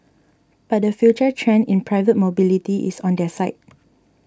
but the future trend in private mobility is on their side